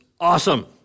awesome